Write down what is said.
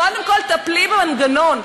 קודם כול טפלי במנגנון.